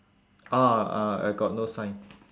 ah ah I got no sign